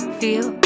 feel